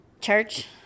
Church